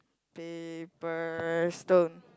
paper stone